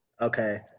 Okay